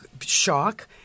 shock